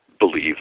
believe